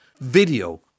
video